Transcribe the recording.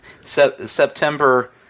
September